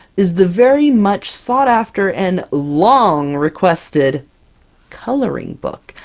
is the very much sought-after and long-requested coloring book!